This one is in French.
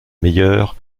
meilleure